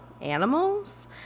Animals